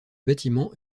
bâtiment